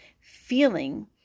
feeling